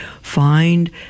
Find